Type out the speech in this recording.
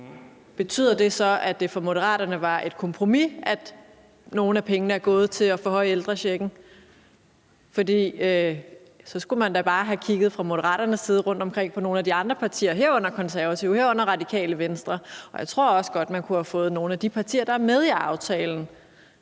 Betyder det så, at det for Moderaterne var et kompromis, at nogle af pengene er gået til at forhøje ældrechecken? For så skulle man da bare fra Moderaternes side have kigget rundtomkring på nogle af de andre partier, herunder Konservative og Radikale Venstre, og jeg tror også godt, man kunne have fået nogle af de partier, der er med i aftalen,